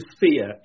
fear